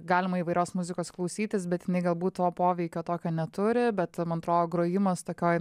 galima įvairios muzikos klausytis bet jinai galbūt to poveikio tokio neturi bet man atrodo grojimas tokioj